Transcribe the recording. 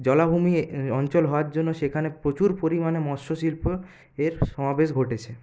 জলাভূমি অঞ্চল হওয়ার জন্য সেখানে প্রচুর পরিমাণে মৎস্যশিল্প এর সমাবেশ ঘটেছে